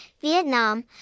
Vietnam